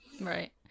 Right